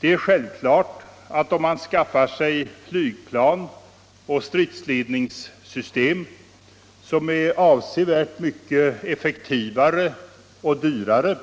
Det är självklart att om man skaffar sig flygplan och stridsledningssystem som är avsevärt effektivare och dyrare